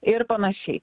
ir panašiai